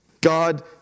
God